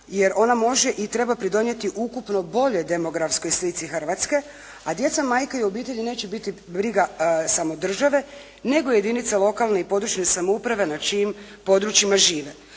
jer ona može i treba pridonijeti ukupno boljoj demografskoj slici Hrvatske, a djeca, majke i obitelji neće biti briga samo države, nego i jedinica lokalne i područne samouprave na čijim područjima žive.